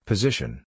Position